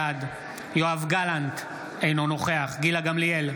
בעד יואב גלנט, אינו נוכח גילה גמליאל,